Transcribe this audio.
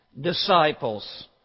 disciples